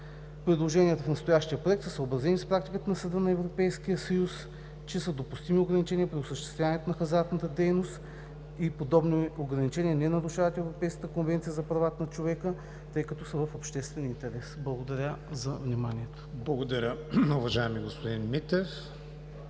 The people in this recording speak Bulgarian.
Предложенията в настоящия проект са съобразени с практиката на Съда на Европейския съюз, че са допустими ограничения при осъществяването на хазартна дейност. Подобни ограничения не нарушават и Европейската конвенция за правата на човека, тъй като са в обществен интерес. Благодаря за вниманието. ПРЕДСЕДАТЕЛ КРИСТИАН ВИГЕНИН: Благодаря, уважаеми господин Митев.